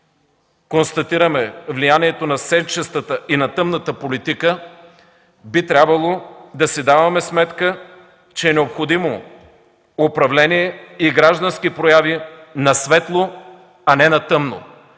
констатираме влиянието на сенчестата и на тъмната политика, би трябвало да си даваме сметка, че е необходимо управление и граждански прояви на светло, а не на тъмно.